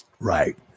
Right